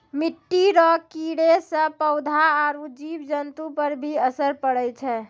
मिट्टी रो कीड़े से पौधा आरु जीव जन्तु पर भी असर पड़ै छै